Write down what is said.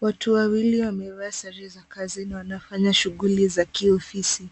Watu wawili wamevaa sare za kazi na wanafanya shughuli za kiofisi.